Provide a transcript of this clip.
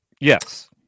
Yes